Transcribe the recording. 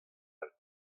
all